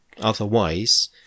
Otherwise